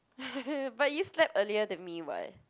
but you slept earlier than me [what]